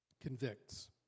Convicts